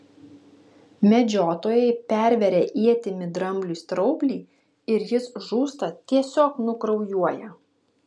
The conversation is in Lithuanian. medžiotojai perveria ietimi drambliui straublį ir jis žūsta tiesiog nukraujuoja